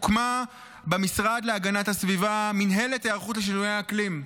הוקמה במשרד להגנת הסביבה מינהלת היערכות לשינויי האקלים.